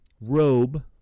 robe